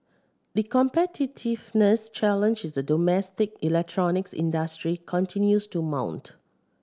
the competitiveness challenge is the domestic electronics industry continues to mount